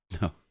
no